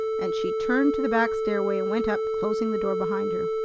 and she turned to the back stairway, and went up, closing the door behind her.